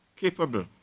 capable